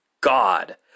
God